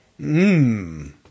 Mmm